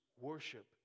worship